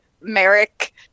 Merrick